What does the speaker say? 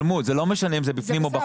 זה לא משנה אם זה בפנים או בחוץ ישולמו.